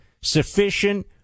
sufficient